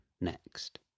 next